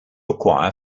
acquire